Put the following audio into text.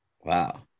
Wow